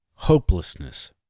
hopelessness